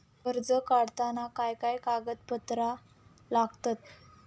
कर्ज काढताना काय काय कागदपत्रा लागतत?